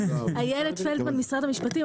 יהיה 24'. אילת פלדמן, משרד המשפטים.